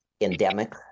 endemic